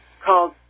called